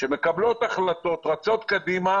שמקבלות החלטות, רצות קדימה